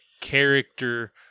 character